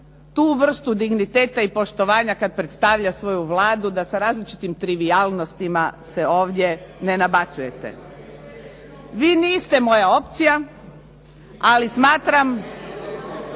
tu vrstu digniteta i poštovanja kad predstavlja svoju Vladu da sa različitim trivijalnostima se ovdje ne nabacujete. Vi niste moja opcija, ali smatram